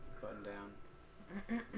button-down